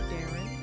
Darren